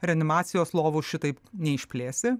reanimacijos lovų šitaip neišplėsi